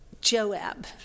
Joab